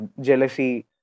jealousy